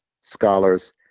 scholars